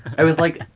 i was like,